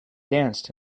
danced